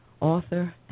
author